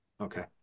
okay